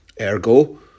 Ergo